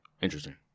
Interesting